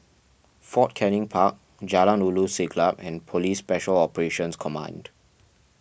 Fort Canning Park Jalan Ulu Siglap and Police Special Operations Command